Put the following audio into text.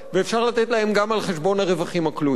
ואפשר לתת להם גם על חשבון הרווחים הכלואים.